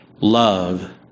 Love